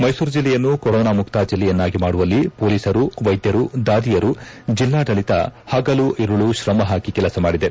ಮೈಸೂರು ಜಿಲ್ಲೆಯನ್ನು ಕೊರೋನಾ ಮುಕ್ತ ಜಿಲ್ಲೆಯನ್ನಾಗಿ ಮಾಡುವಲ್ಲಿ ಪೊಲೀಸರು ವೈದ್ಯರು ದಾದಿಯರು ಜಿಲ್ಲಾಡಳಿತ ಹಗಲು ಇರುಳು ಶ್ರಮ ಹಾಕಿ ಕೆಲಸ ಮಾಡಿದೆ